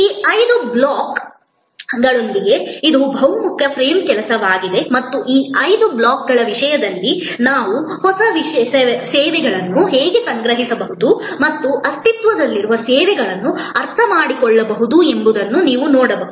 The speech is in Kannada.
ಈ ಐದು ಬ್ಲಾಕ್ಗಳೊಂದಿಗೆ ಇದು ಬಹುಮುಖ ಫ್ರೇಮ್ ಕೆಲಸವಾಗಿದೆ ಮತ್ತು ಈ ಐದು ಬ್ಲಾಕ್ಗಳ ವಿಷಯದಲ್ಲಿ ನಾವು ಹೊಸ ಸೇವೆಗಳನ್ನು ಹೇಗೆ ಗ್ರಹಿಸಬಹುದು ಮತ್ತು ಅಸ್ತಿತ್ವದಲ್ಲಿರುವ ಸೇವೆಗಳನ್ನು ಅರ್ಥಮಾಡಿಕೊಳ್ಳಬಹುದು ಎಂಬುದನ್ನು ನೀವು ನೋಡಬಹುದು